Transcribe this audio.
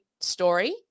story